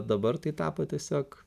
dabar tai tapo tiesiog